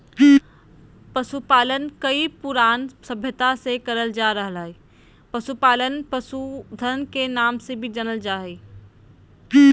पशुपालन कई पुरान सभ्यता से करल जा रहल हई, पशुपालन पशुधन के नाम से भी जानल जा हई